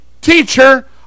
teacher